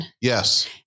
Yes